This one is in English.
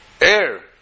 air